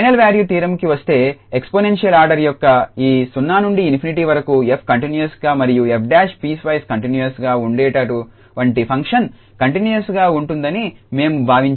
final value theorem కి వస్తే exponential order యొక్క ఈ 0 నుండి ∞ వరకు 𝑓 కంటిన్యూస్ గా మరియు 𝑓′ పీస్వైస్ కంటిన్యూస్ గా ఉండేటటువంటి ఫంక్షన్ కంటిన్యూస్ గా ఉంటుందని మేము భావించాము